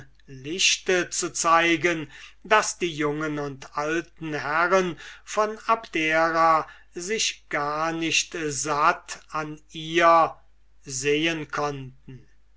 lichte zu zeigen daß die jungen und alten herren von abdera sich gar nicht satt an ihr sehen konnten